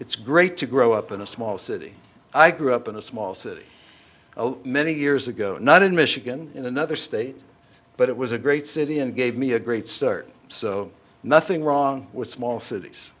it's great to grow up in a small city i grew up in a small city many years ago not in michigan in another state but it was a great city and gave me a great start so nothing wrong with small